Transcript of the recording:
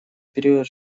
период